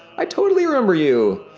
i totally remember you.